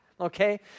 okay